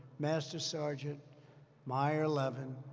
master sergeant meyer levin,